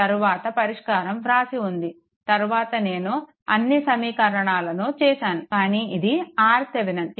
తరువాత పరిష్కారం వ్రాసి ఉంది తరువాత నేను అన్నీ సమీకరణలను చేశాను కానీ ఇది RThevenin